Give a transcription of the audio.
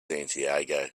santiago